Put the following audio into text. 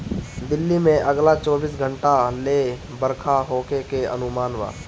दिल्ली में अगला चौबीस घंटा ले बरखा होखे के अनुमान बा